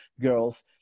girls